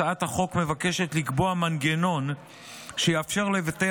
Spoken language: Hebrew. הצעת החוק מבקשת לקבוע מנגנון שיאפשר לבתי